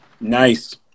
Nice